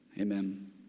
amen